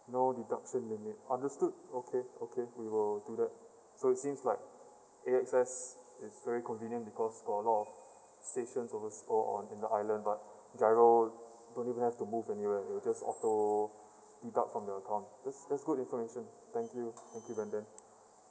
no deduction limit understood okay okay we will so it seems like A_X_S is very convenient because got a lot of stations over all on in the island but GIRO don't even have to move anywhere it'll just auto deduct from your account that's that's good information thank you thank you brandon